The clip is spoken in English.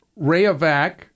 Rayovac